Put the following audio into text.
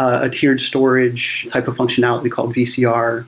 a tiered storage type of functionality called vcr.